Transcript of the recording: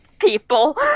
people